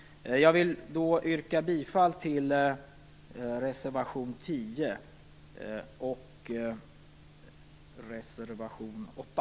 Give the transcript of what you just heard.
Jag vill yrka bifall till reservationerna 10 och 8.